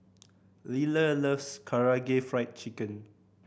Liller loves Karaage Fried Chicken